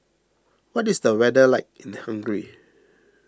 what is the weather like in Hungary